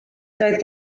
doedd